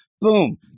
boom